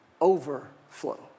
Overflow